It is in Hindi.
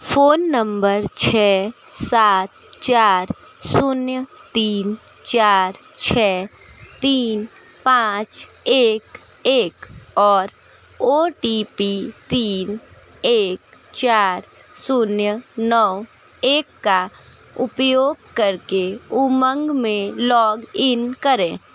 फ़ोन नबंर छः सात चार शून्य तीन चार छः तीन पांच एक एक और ओ टी पी तीन एक चार शून्य नौ एक का उपयोग करके उमंग में लॉग इन करें